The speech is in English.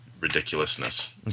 ridiculousness